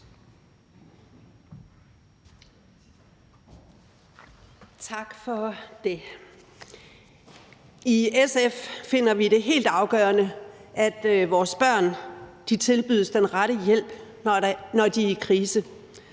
Tak for det. I SF finder vi det helt afgørende, at vores børn tilbydes den rette hjælp, når de er i krise.